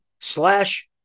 slash